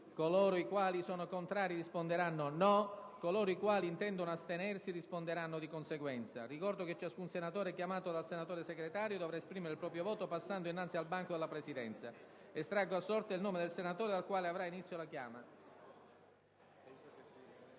coloro i quali sono contrari risponderanno no; coloro i quali intendono astenersi risponderanno di conseguenza. Ricordo che ciascun senatore chiamato dal senatore Segretario dovrà esprimere il proprio voto passando sotto il banco della Presidenza. Estraggo ora a sorte il nome del senatore dal quale avrà inizio la chiama.